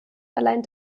allein